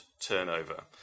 turnover